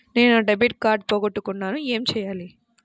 నేను నా debit card పోగొట్టుకున్నాను ఏమి చేయాలి?